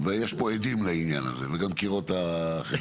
ויש פה עדים לעניין הזה וגם קירות החדר,